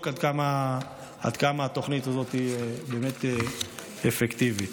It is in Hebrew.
עד כמה התוכנית הזאת באמת אפקטיבית.